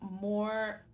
more